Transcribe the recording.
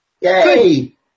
Yay